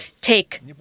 take